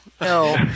No